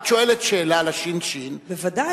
את שואלת שאלה על הש"ש, בוודאי.